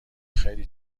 خیلی